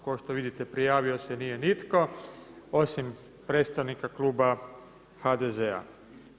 Kao što vidite prijavio se nije nitko osim predstavnika kluba HDZ-a.